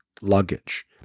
luggage